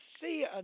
see